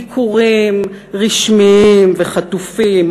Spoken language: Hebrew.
ביקורים רשמיים וחטופים,